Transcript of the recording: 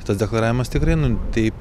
šitas deklaravimas tikrai nu taip